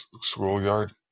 schoolyard